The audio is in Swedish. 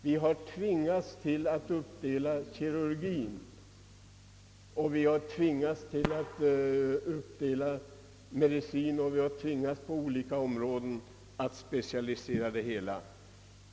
Vi har tvingats att uppdela kirurgien och medicinen, och vi har tvingats till specialisering på olika områden.